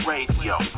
Radio